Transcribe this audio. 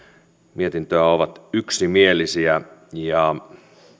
mietintöä ovat yksimielisiä